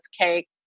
cake